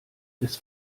des